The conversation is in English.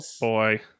boy